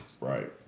Right